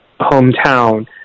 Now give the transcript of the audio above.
hometown